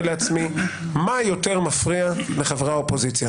את עצמי מה יותר מפריע לחברי האופוזיציה,